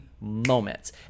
moments